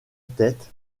tête